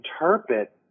interpret